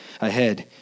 ahead